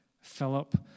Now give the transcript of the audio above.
Philip